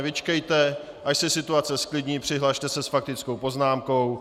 Vyčkejte, až se situace zklidní, přihlaste se s faktickou poznámkou.